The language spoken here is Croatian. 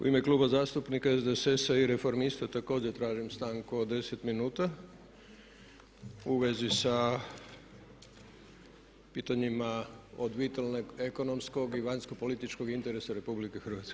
U ime Kluba zastupnika SDSS-a i Reformista također tražim stanku od 10 minuta u vezi sa pitanjima od vitalnog ekonomskog i vanjskopolitičkog interesa RH.